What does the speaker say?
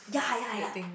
that thing